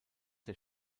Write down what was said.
der